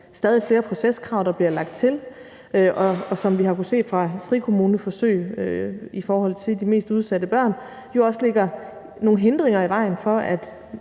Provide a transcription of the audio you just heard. stadig flere proceskrav, der bliver lagt til. Som vi har kunnet se fra frikommuneforsøg i forhold til de mest udsatte børn, lægger det jo også nogle hindringer i vejen for, at